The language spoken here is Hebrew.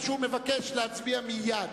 מה שהוא מבקש, להצביע מייד.